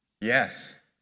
Yes